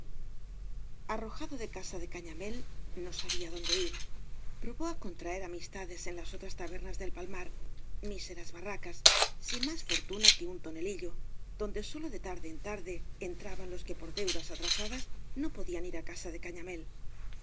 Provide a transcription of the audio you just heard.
arrojado de casa de gañamil no sabía dónde ir probó á contraer amistades en las otras tabernas del palmar míseras barracas sin más forta na que un tonelillo donde sólo de tarde en tarde entraban los que por deudas atrasadas no podían ir á casa de cañamél